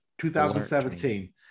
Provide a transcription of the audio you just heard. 2017